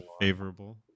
favorable